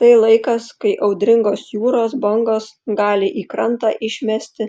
tai laikas kai audringos jūros bangos gali į krantą išmesti